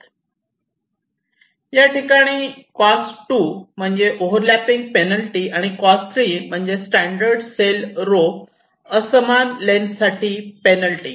या ठिकाणी ठिकाणी कॉस्ट 2 म्हणजे ओव्हर लॅपिंग पेनल्टी आणि कॉस्ट 3 म्हणजे स्टँडर्ड सेल रो असमान लेन्थ साठी पेनल्टी